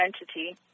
entity